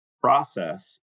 process